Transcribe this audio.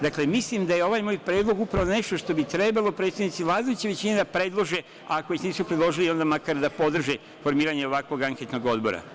Dakle, mislim da je ovaj moj predlog upravo nešto što bi trebalo predstavnici vladajuće većine da predlože, a ako već nisu predložili onda makar da podrže formiranje ovakvog anketnog odbora.